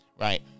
right